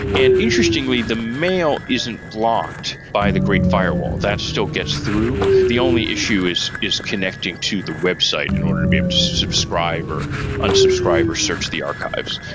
and interestingly, the mail isn't blocked by the great firewall. that still gets through. the only issue is is connecting to the website in order to be able um to subscribe or unsubscribe or search the archives,